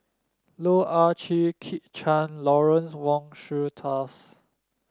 Loh Ah Chee Kit Chan and Lawrence Wong Shyun Tsai